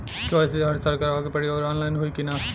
KYC हर साल करवावे के पड़ी और ऑनलाइन होई की ना?